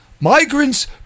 Migrants